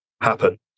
happen